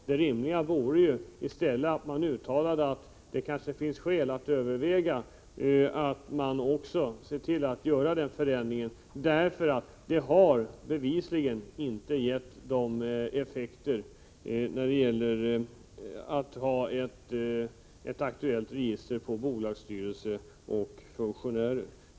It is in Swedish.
Det rimliga vore att man uttalade att det kanske finns skäl att överväga den föreslagna förändringen, därför att de nuvarande reglerna bevisligen inte har gett de önskade effekterna när det gäller strävan att hålla ett aktuellt register över ledamöter i bolagsstyrelser och funktionärer i bolag.